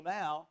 now